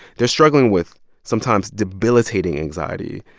they're struggling with sometimes debilitating anxiety,